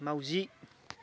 माउजि